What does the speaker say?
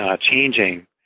changing